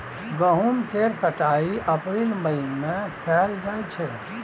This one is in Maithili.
गहुम केर कटाई अप्रील मई में कएल जाइ छै